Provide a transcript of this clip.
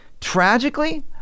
Tragically